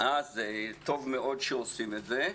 אז טוב מאוד שעושים את זה.